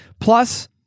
Plus